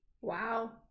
Wow